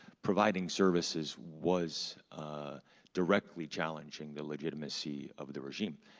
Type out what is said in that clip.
providing services was directly challenging the legitimacy of the regime,